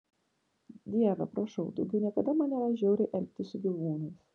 dieve prašau daugiau niekada man neleisk žiauriai elgtis su gyvūnais